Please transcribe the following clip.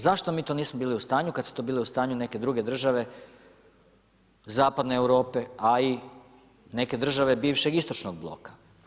Zašto mi to nismo bili u stanju kad su to bile u stanju neke druge države zapadne Europe, a i neke države bivšeg istočnog bloka?